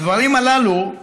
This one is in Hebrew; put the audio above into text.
הדברים הללו,